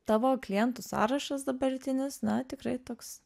tavo klientų sąrašas dabartinis na tikrai toks